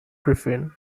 griffin